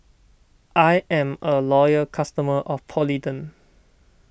I am a loyal customer of Polident